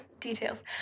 details